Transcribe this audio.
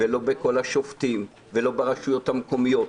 ולא בכל השופטים, ולא ברשויות המקומיות.